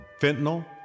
Fentanyl